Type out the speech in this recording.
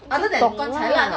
一定懂 lah